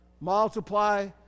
multiply